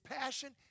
passion